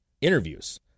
interviews